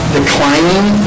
declining